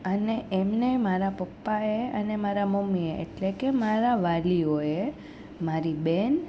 અને એમને મારા પપ્પાએ અને મારા મમ્મીએ એટલે કે મારા વાલીઓએ મારી બેન